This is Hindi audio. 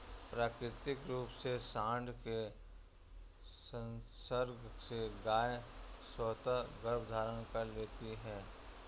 प्राकृतिक रूप से साँड के संसर्ग से गायें स्वतः गर्भधारण कर लेती हैं